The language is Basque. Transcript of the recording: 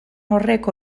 horrek